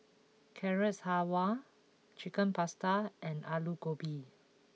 Carrot Halwa Chicken Pasta and Alu Gobi